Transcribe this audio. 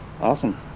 Awesome